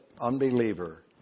unbeliever